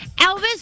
Elvis